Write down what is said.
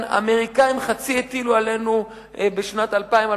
חצי שהאמריקנים הטילו עלינו בשנים 2002